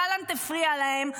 גלנט הפריע להם,